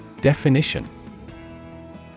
Definition